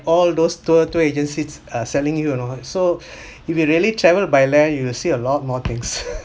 all those tour tour agencies are selling you know so if you really travel by land you will see a lot more things